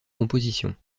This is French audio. composition